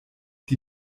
die